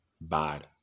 bad